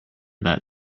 that